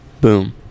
boom